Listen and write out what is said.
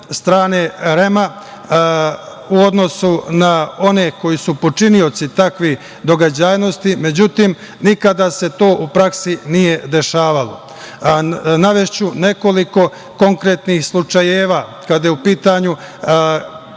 strane REM u odnosu na one koji su počinioci takvih događajnosti. Međutim, nikada se to u praksi nije dešavalo. Navešću nekoliko konkretnih slučajeva kada je u pitanju